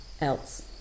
else